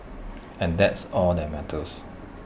and that's all that matters